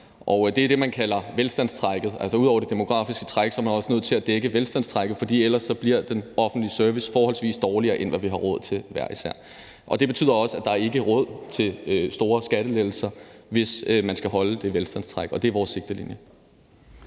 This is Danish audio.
Det er det, man kalder velstandstrækket. Altså, udover det demografiske træk er man også nødt til at dække velstandstrækket, for ellers bliver den offentlige service forholdsvis dårligere, end hvad vi har råd til hver især. Det betyder også, at der ikke er råd til store skattelettelser, hvis man skal holde det velstandstræk, og det er vores sigtelinje.